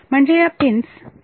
म्हणजे ह्या पिन्स 3